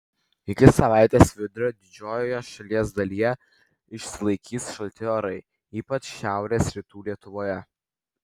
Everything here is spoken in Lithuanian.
iki savaitės vidurio didžiojoje šalies dalyje išsilaikys šalti orai ypač šiaurės rytų lietuvoje